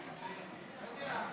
נכון,